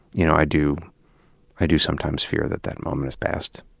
you know i do i do sometimes fear that that moment has passed